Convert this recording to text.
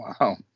Wow